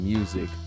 Music